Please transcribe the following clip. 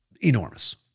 enormous